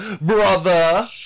brother